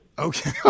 Okay